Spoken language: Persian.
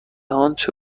آنچه